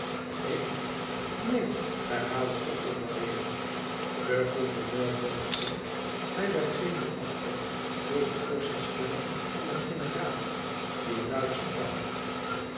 ik neen herhaalde othomar weêr de gouverneur boog diep hij werd zenuwachtig door de forsche stem van den generaal die luid sprak